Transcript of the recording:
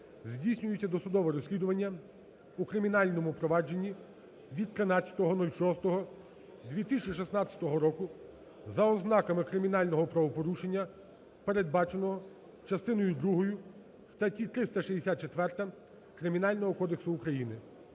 здійснюється досудове розслідування у кримінальному провадженні від 20.06.17 року за ознаками кримінального правопорушення, передбаченого частиною другою статтею 212 Кримінального кодексу України.